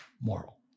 moral